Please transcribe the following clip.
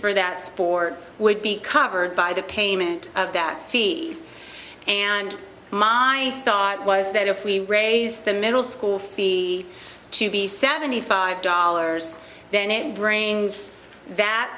for that sport would be covered by the payment of that fee and my thought was that if we raise the middle school fee to be seventy five dollars then it brings that